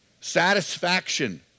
satisfaction